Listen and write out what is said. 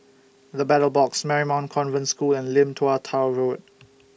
The Battle Box Marymount Convent School and Lim Tua Tow Road